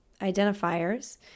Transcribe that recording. identifiers